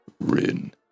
Rin